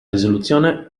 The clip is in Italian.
risoluzione